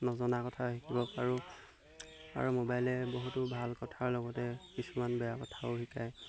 নজনা কথা শিকিব পাৰোঁ আৰু মোবাইলে বহুতো ভাল কথাৰ লগতে কিছুমান বেয়া কথাও শিকায়